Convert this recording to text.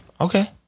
Okay